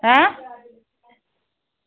ऐं